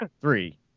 three